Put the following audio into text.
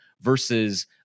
versus